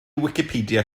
wicipedia